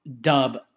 dub